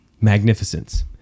Magnificence